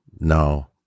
No